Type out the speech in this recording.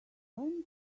when